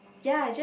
ya just